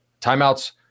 Timeouts